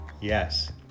Yes